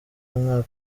umwaka